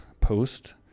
post